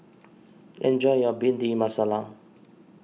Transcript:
enjoy your Bhindi Masala